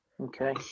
Okay